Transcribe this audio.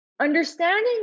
Understanding